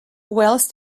wells